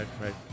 right